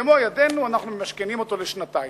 במו ידינו אנחנו ממשכנים אותו לשנתיים.